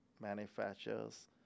manufacturers